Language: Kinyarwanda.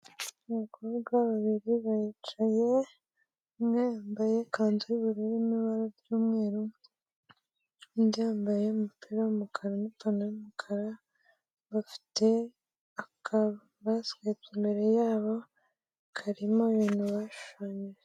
Abakobwa babiri baricaye umwe yambaye ikanzu y'ubururu n'ibara ry'umweru undi yambaye umupira w'umukara n'ipantaro y'umukara bafite akavaze imbere yabo karimo ibintu bashushanyije.